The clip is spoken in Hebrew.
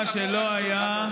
מה שלא היה,